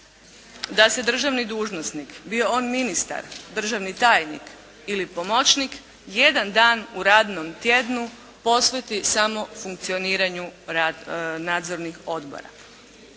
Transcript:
da se državni dužnosnik bio on ministar, državni tajnik ili pomoćnik, jedan dan u radnom tjednu posveti samo funkcioniranju nadzornih odbora.